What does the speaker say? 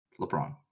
LeBron